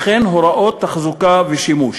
וכן הוראות תחזוקה ושימוש.